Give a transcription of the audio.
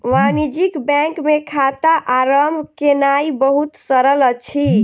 वाणिज्य बैंक मे खाता आरम्भ केनाई बहुत सरल अछि